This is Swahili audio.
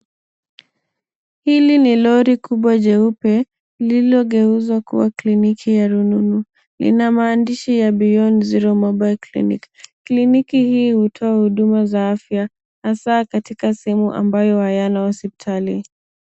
Hili ni lori kubwa jeupe lililogeuzwa kuwa kliniki ya rununu. Lina maandishi ya, beyond zero mobile clinic. Kliniki hii hutoa huduma za afya hasa katika sehemu ambayo hayana hospitali.